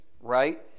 right